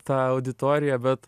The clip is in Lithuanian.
tą auditoriją bet